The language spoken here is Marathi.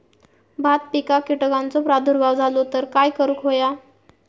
भात पिकांक कीटकांचो प्रादुर्भाव झालो तर काय करूक होया?